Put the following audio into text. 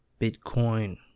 Bitcoin